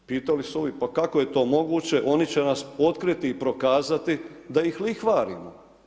Pitali su ovi pa kako je to moguće, oni će nas otkriti i prokazati da ih lihvarimo?